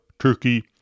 Turkey